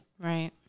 Right